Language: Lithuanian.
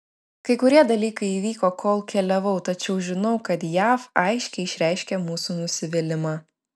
kai kurie dalykai įvyko kol keliavau tačiau žinau kad jav aiškiai išreiškė mūsų nusivylimą